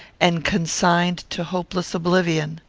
and consigned to hopeless oblivion!